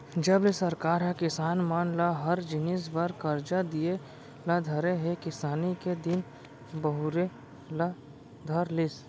जब ले सरकार ह किसान मन ल हर जिनिस बर करजा दिये ल धरे हे किसानी के दिन बहुरे ल धर लिस